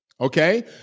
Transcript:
Okay